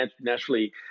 naturally